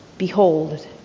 Behold